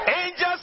Angels